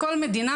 בכל מדינה,